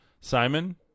Simon